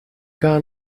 gar